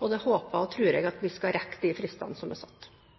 både håper og tror jeg at vi skal rekke de fristene som er satt.